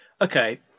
Okay